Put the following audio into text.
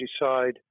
decide